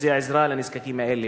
וזה עזרה לנזקקים האלה,